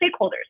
stakeholders